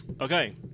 Okay